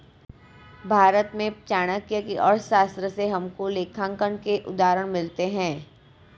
भारत में चाणक्य की अर्थशास्त्र से हमको लेखांकन के उदाहरण मिलते हैं